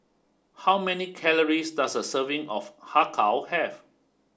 how many calories does a serving of Har Kow have